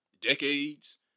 decades